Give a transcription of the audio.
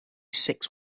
six